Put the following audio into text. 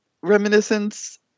Reminiscence